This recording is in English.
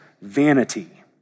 vanity